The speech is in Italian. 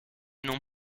non